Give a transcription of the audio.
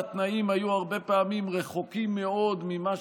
התנאים היו הרבה פעמים רחוקים מאוד ממה